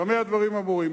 במה דברים אמורים?